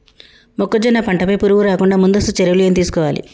మొక్కజొన్న పంట పై పురుగు రాకుండా ముందస్తు చర్యలు ఏం తీసుకోవాలి?